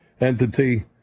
entity